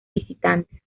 visitantes